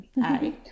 hi